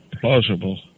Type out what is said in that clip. plausible